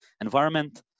environment